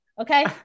okay